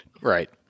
Right